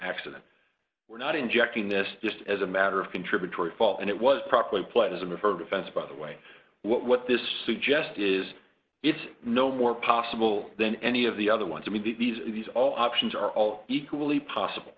accident we're not injecting this just as a matter of contributory fault and it was properly pleasant of her defense by the way what this suggest is it's no more possible than any of the other ones i mean these these all options are all equally possible